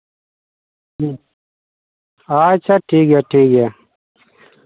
ᱦᱮᱸ ᱟᱪᱪᱷᱟ ᱴᱷᱤᱠ ᱜᱮᱭᱟ ᱴᱷᱤᱠ ᱜᱮᱭᱟ